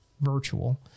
virtual